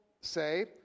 say